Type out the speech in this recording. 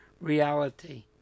reality